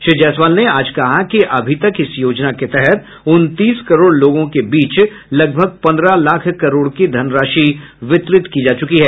श्री जायसवाल ने आज कहा कि अभी तक इस योजना के तहत उनतीस करोड़ लोगों के बीच लगभग पंद्रह लाख करोड़ की धन राशि वितरित की जा चुकी है